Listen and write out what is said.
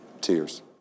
Tears